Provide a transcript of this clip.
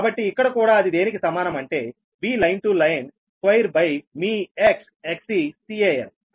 కాబట్టి ఇక్కడ కూడా అది దేనికి సమానం అంటే V line to line square by మీ X Xc Can సరేనా